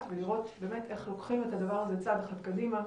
ולראות איך לוקחים את הדבר הזה צעד אחד קדימה,